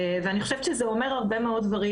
אני חושבת שזה אומר הרבה מאוד דברים,